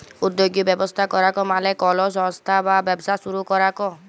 উদ্যগী ব্যবস্থা করাক মালে কলো সংস্থা বা ব্যবসা শুরু করাক